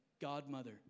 godmother